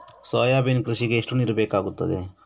Soybean ಕೃಷಿಗೆ ನೀರು ಎಷ್ಟು ಬೇಕಾಗುತ್ತದೆ?